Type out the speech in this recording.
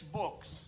books